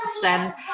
send